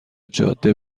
جاده